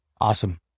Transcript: Awesome